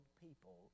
people